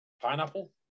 Pineapple